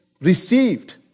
received